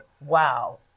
Wow